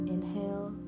Inhale